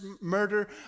murder